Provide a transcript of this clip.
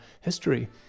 history